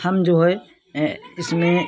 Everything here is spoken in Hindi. हम जो है इसमें